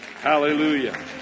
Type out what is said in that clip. Hallelujah